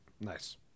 Nice